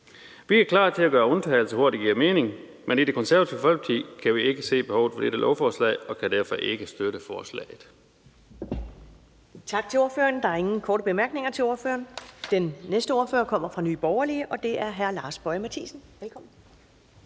Vi er klar til at gøre undtagelser, hvor det giver mening, men i Det Konservative Folkeparti kan vi ikke se behovet for dette lovforslag og kan derfor ikke støtte forslaget.